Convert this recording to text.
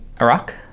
Iraq